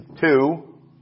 two